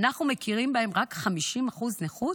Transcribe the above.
אנחנו מכירים להם רק 50% נכות,